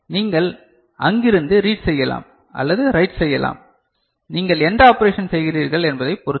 நீங்கள் அங்கிருந்து ரீட் செய்யலாம் அல்லது ரைட் செய்யலாம் நீங்கள் எந்த ஆபரேஷன் செய்கிறீர்கள் என்பதை பொறுத்து